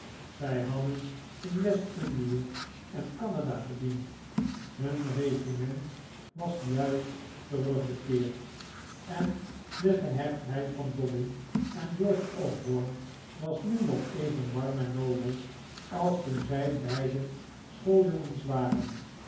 zij hadden in west-indie en in canada gediend hun regiment was juist teruggekeerd en de gehechtheid van dobbin aan george osborne was nu nog even warm en nobel als toen zij beiden schooljongens waren